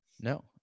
No